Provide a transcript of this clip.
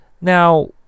Now